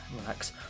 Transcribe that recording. relax